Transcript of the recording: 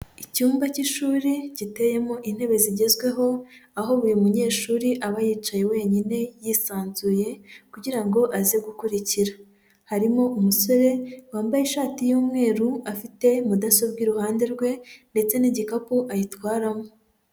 Icyumba cy'ishuri giteyemo intebe zigezweho, aho buri munyeshuri aba yicaye wenyine yisanzuye kugira ngo aze gukurikira, harimo umusore wambaye ishati y'umweru afite mudasobwa iruhande rwe ndetse n'igikapu ayitwaramo.